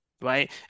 Right